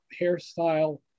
hairstyle